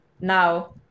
now